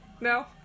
No